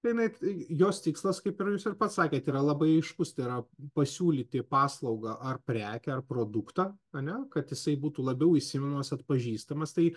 tai jinai jos tikslas kaip ir jūs ir pats sakėt yra labai aiškūs tai yra pasiūlyti paslaugą ar prekę ar produktą ane kad jisai būtų labiau įsimenamas atpažįstamas tai